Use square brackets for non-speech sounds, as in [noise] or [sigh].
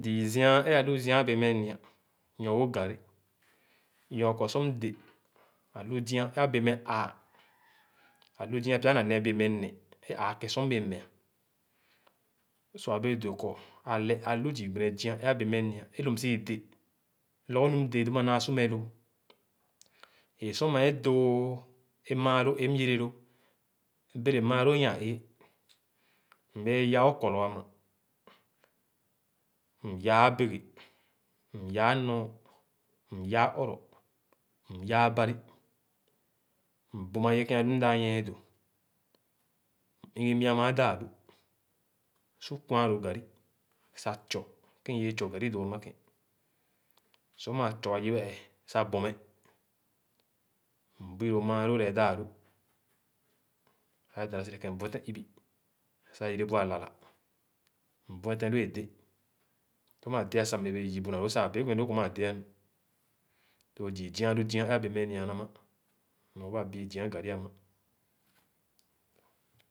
Zii zia é alu zia ã bẽẽ nia nyor wu garri nɔr kɔ sor mdé ã zia é abẽẽ ãã. Ãlu zia pya na nẽẽ bẽẽ meh ẽ ãã ké sor mbẽẽ mea. So ã bẽẽ meh nia é lõ msii dé lɔgɔ nu mdé dõma naa su meh lõõ E’ sor meh dõõ é maaló é myere lóó, berè maaló nya-ẽẽ. Mbẽẽ yaa Okõro ãmã, [hesitation] myaa àbẽge, myãã nɔɔn, myãã ɔrɔ, myãã barị, mbüma ye kẽ ãlu mda nyie dó. M-igi mya mããn dãã-lu su kwããn lõ garri sah twɔ kẽ iwẽẽ twɔ garri dõ ãmã kẽ. Sor mãã twɔ yibe ẽẽ sah gbɔme, mbui ló maaló lɛɛ daa-lu, sah ye dãnã serekẽ, mbuetén ibi sah yèrèbu alãlã. Mbuetén ló edé. Sor mãã dea sah m-egẽrẽ bee yii bu nalõõ sah ã bẽẽ meh lõõ kɔ maa dea nu. So zii zia e’ ãlu zia ã bẽẽ meh mà nãmã nɔr wo abii zia garri ãmã.